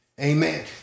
Amen